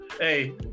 Hey